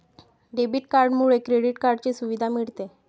debit कार्डमुळे credit कार्डची सुविधा मिळते